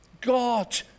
God